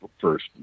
first